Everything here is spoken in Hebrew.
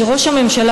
הוא שראש הממשלה,